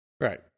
Right